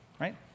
right